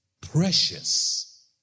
precious